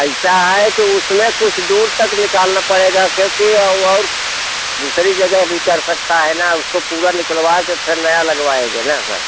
ऐसा है कि उसमें कुछ दूर तक निकालना पड़ेगा क्योंकि और दूसरी जगह भी कर सकता है न उसको पूरा निकलवा कर फिर नया लगवाएँगे न सर